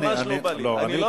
ממש לא בא לי.